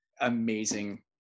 amazing